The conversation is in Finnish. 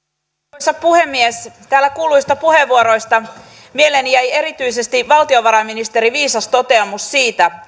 arvoisa puhemies täällä kuulluista puheenvuoroista mieleeni jäi erityisesti valtiovarainministerin viisas toteamus siitä